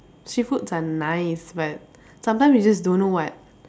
street foods are nice but sometimes we just don't know [what]